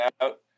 out